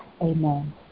Amen